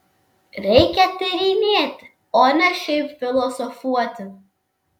reikia tyrinėti o ne šiaip filosofuoti